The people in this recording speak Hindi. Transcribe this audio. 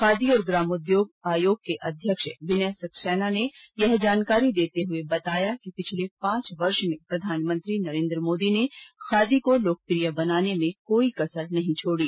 खादी और ग्रामोद्योग आयोग के अध्यक्ष विनय सक्सैना ने यह जानकारी देते हुए बताया कि पिछले पांच वर्ष में प्रधानमंत्री नरेन्द्र मोदी ने खादी को लोकप्रिय बनाने में कोई कसर नहीं छोडी